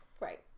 Right